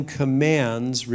commands